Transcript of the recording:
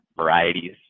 varieties